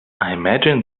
imagine